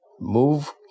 move